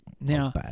Now